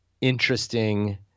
interesting